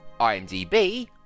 IMDb